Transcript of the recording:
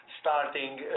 starting